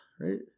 right